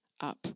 up